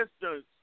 distance